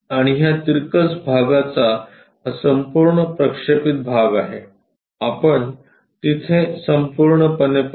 आणि ह्या तिरकस भागाचा हा संपूर्ण प्रक्षेपित भाग आहे आपण तिथे संपूर्णपणे पाहू